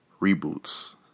reboots